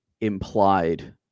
implied